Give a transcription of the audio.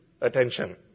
attention